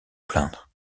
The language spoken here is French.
plaindre